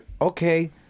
okay